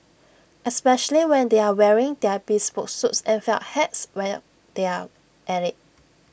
especially when they are wearing their bespoke suits and felt hats while they are at IT